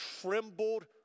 trembled